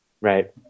Right